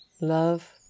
Love